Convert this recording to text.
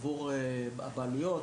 עבור בעלויות,